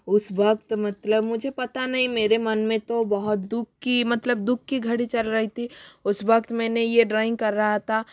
उस वक्त मतलब मुझे पता नहीं मेरे मन में तो बहुत दुःख की मतलब दुःख की घड़ी चल रई ती उस वक्त मैंने ये ड्रॉइंग कर रहा था